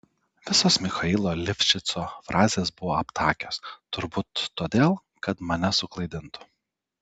visos michailo livšico frazės buvo aptakios turbūt todėl kad mane suklaidintų